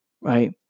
right